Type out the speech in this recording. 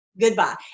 goodbye